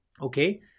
okay